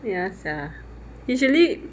ya sia usually